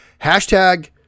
hashtag